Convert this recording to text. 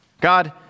God